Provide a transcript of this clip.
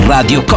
Radio